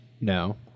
no